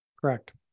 Correct